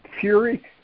Fury